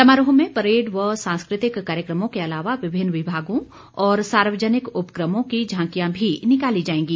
समारोह में परेड व सांस्कृतिक कार्यक्रमों के अलावा विभिन्न विभागों और सार्वजनिक उपक्रमों की झांकियां भी निकाली जाएगी